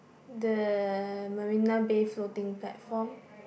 the Marina-Bay Floating Platform